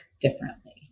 differently